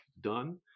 done